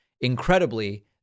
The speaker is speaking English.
Incredibly